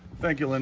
thank you. and